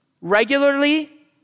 regularly